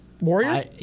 Warrior